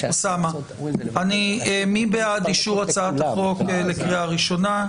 מי בעד אישור הצעת החוק לקריאה ראשונה?